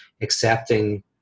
accepting